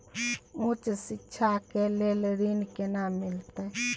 उच्च शिक्षा के लेल ऋण केना मिलते?